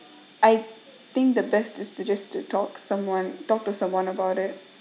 I think the best just to to just to talk someone talk to someone about it